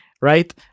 right